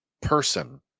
person